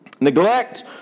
Neglect